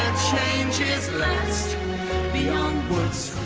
changes last beyond woods,